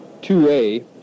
2A